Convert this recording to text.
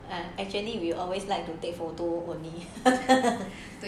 ya and actually we always like to take photo only